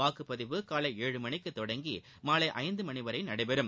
வாக்குப்பதிவு காலை ஏழு மணிக்கு தொடங்கி மாலை ஐந்து மணி வரை நடைபெறும்